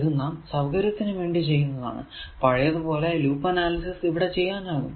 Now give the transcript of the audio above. ഇത് നാം സൌകര്യത്തിനു വേണ്ടി ചെയ്യുന്നതാണ് പഴയതു പോലെ ലൂപ്പ് അനാലിസിസ് ഇവിടെ ചെയ്യാനാകും